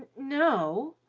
no!